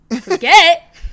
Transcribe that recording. forget